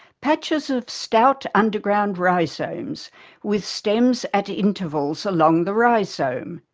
patches of stout underground rhizomes with stems at intervals along the rhizomes.